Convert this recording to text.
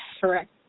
correct